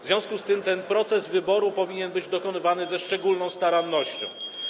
W związku z tym ten proces wyboru powinien być dokonywany ze szczególną starannością.